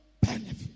benefit